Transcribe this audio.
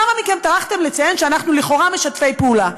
כמה מכם טרחתם לציין שאנחנו לכאורה משתפי פעולה.